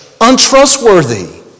untrustworthy